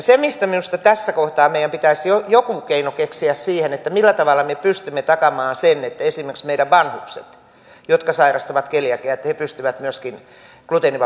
se mihin minusta tässä kohtaa meidän pitäisi joku keino keksiä on se millä tavalla me pystymme takaamaan sen että esimerkiksi meidän vanhukset jotka sairastavat keliakiaa myöskin pystyvät gluteenivapaata ruokaa syömään